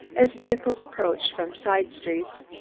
as vehicles approached from side-streets,